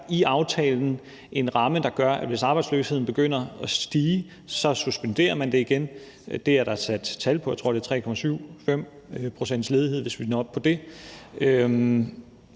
i aftalen ligger en ramme, der gør, at hvis arbejdsløsheden begynder at stige, suspenderer man det igen. Det er der sat tal på. Jeg tror, det er, hvis vi når op på 3,75 pct.s